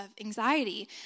anxiety